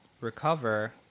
recover